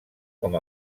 com